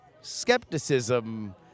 skepticism